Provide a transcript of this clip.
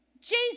Jesus